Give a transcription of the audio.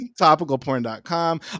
topicalporn.com